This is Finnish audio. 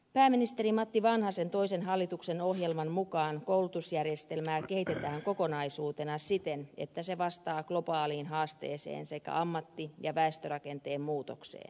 pääministeri matti vanhasen toisen hallituksen ohjelman mukaan koulutusjärjestelmää kehitetään kokonaisuutena siten että se vastaa globaaliin haasteeseen sekä ammatti ja väestörakenteen muutokseen